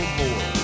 more